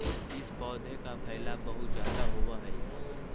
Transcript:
इस पौधे का फैलाव बहुत ज्यादा होवअ हई